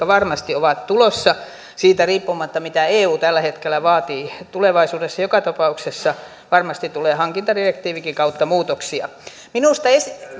varmasti ovat tulossa siitä riippumatta mitä eu tällä hetkellä vaatii tulevaisuudessa joka tapauksessa varmasti tulee hankintadirektiivinkin kautta muutoksia minusta